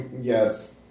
Yes